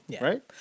right